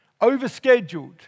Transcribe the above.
overscheduled